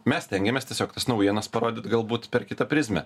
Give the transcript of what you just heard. mes stengiamės tiesiog tas naujienas parodyt galbūt per kitą prizmę